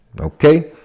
Okay